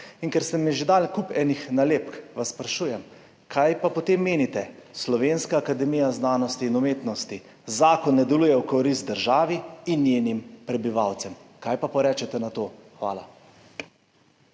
Ker ste mi dali že kup enih nalepk, vas sprašujem, kaj pa potem menite o Slovenski akademiji znanosti in umetnosti: »Zakon ne deluje v korist državi in njenim prebivalcem.« Kaj pa potem rečete na to? Hvala.